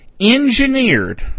engineered